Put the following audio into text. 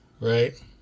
Right